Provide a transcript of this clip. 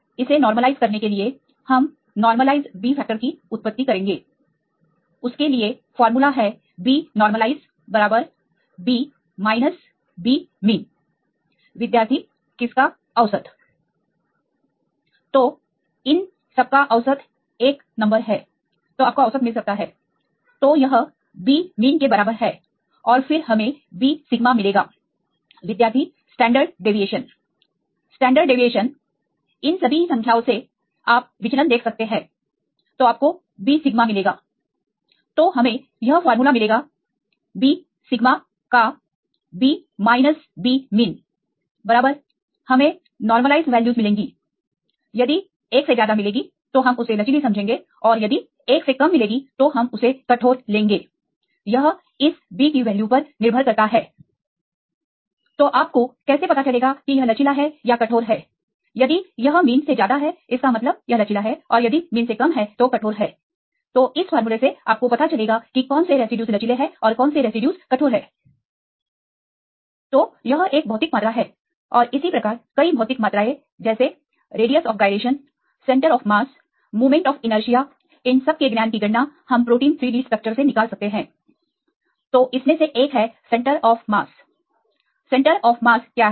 तो इसे नार्मलाइज करने के लिए हम नॉर्मलाइज B factor की उत्पत्ति करेंगे उसके लिए फार्मूला है B normalise B B mean विद्यार्थी किस का औसत तो इन सब का औसत एक नंबर है तो आपको औसत मिल सकता है तो यह B मीन के बराबर है फिर हमें B सिगमा मिलेगा विद्यार्थी स्टैंडर्ड डेविएशन स्टैंडर्ड डेविएशन इन सभी संख्याओं से आप विचलन देख सकते हैं तो आपको B सिग्मा मिलेगा sigmaतो हमें यह फार्मूला मिलेगा B सिग्मा का B B मीन rightबराबर हमें नॉरमलाइज वैल्यूज मिलेगी यदि एक से ज्यादा मिलेगी तो हम उसे लचिली समझेंगे और यदि एक से कम मिलेगी तो हम उसे कठोर लेंगे यह इस B की वैल्यू पर निर्भर करता है तोआपको कैसे पता चलेगा कि यह लचीला है या कठोर है यदि यह मीन से ज्यादा है इसका मतलब यह लचीला है और यदि मीन से कम है तो कठोर है तो इस फार्मूले से आपको पता चलेगा कि कौन से रेसिड्यूज लचीले है और कौन से रेसिड्यूज कठोर है तो यह एक भौतिक मात्रा है और इसी प्रकार कई भौतिक मात्राएं जैसे radius of gyration centre of mass moment of inertia इन सब के ज्ञान की गणना हम प्रोटीन 3D स्ट्रक्चर से निकाल सकते हैंSo तो इसमें से एक है centre of mass centre of mass क्या है